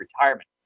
retirement